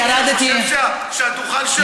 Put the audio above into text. זו פעם ראשונה שאני קורא אותך לסדר.